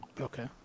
Okay